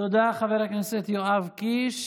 תודה, חבר הכנסת יואב קיש.